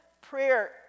prayer